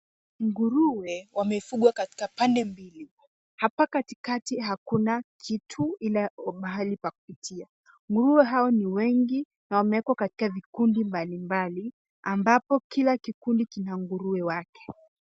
Nguruwe wamefugwa katika pande mbili. Hapa katikati hakuna kitu ila mahali pa kupitia. Nguruwe hao ni wengi na wamewekwa katika vikundi mbalimbali amabpo kila kikundi kina nguruwe wake.